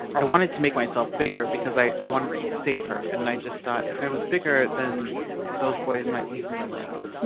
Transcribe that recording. i wanted to make myself bigger because i i wanted to be safer. and i just thought if i was bigger than those boys might leave me alone.